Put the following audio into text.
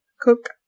Cook